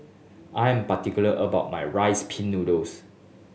I'm particular about my Rice Pin Noodles